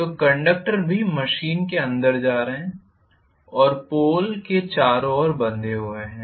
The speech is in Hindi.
तो कंडक्टर भी मशीन के अंदर जा रहे हैं और पोल के चारों ओर बँधे हुए हैं